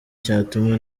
cyatuma